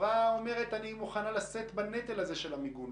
החברה אומרת שהיא מוכנה לשאת בנטל הזה של המיגון,